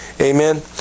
Amen